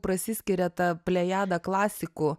prasiskiria ta plejada klasikų